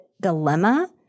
dilemma